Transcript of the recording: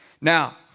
Now